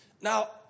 Now